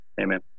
Amen